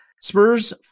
Spurs